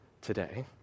today